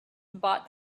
bought